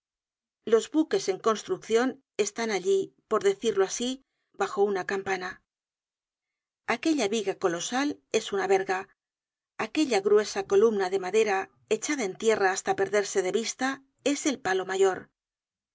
los buques en construccion eslán allí por decirlo asi bajo una campana aquella viga colosal es una verga aquella gruesa columna de madera echada en tierra hasta perderse de vista es el palo mayor